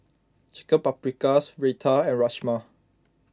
Chicken Paprikas Raita and Rajma